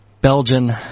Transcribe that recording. Belgian